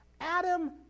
Adam